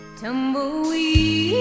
Tumbleweed